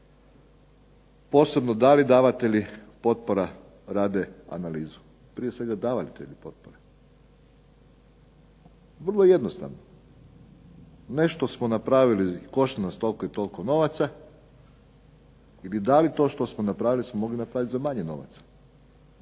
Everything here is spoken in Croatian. posebno da li davatelji potpora rade analizu? Prije svega davatelji potpora. Vrlo jednostavno. Nešto smo napravili, košta nas toliko i toliko novaca i da li to što smo napravili smo mogli napraviti za manje novaca?